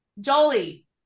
Jolie